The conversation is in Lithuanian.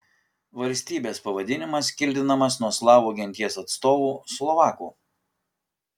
valstybės pavadinimas kildinamas nuo slavų genties atstovų slovakų